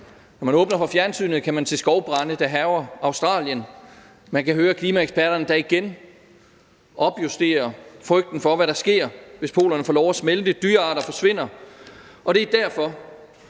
Når man åbner for fjernsynet, kan man se skovbrande, der hærger Australien, man kan høre klimaeksperterne, der igen opjusterer frygten for, hvad der sker, hvis polerne får lov at smelte. Dyrearter forsvinder. Og det er derfor,